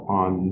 on